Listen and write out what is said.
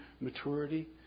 maturity